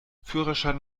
führerschein